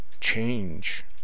Change